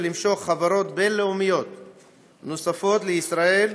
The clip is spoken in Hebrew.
ולמשוך חברות בין-לאומיות נוספות לישראל,